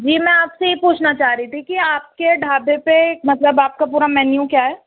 جی میں آپ سے یہ پوچھنا چاہ رہی تھی کہ آپ کے ڈھابے پہ مطلب آپ کا پورا مینیو کیا ہے